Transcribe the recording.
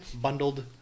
bundled